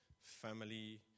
family